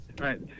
right